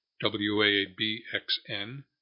W-A-B-X-N